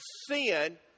sin